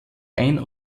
ein